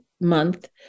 month